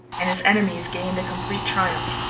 and his enemies gained a complete triumph.